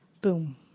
boom